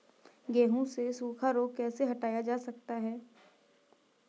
गेहूँ से सूखा रोग कैसे हटाया जा सकता है?